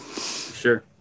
sure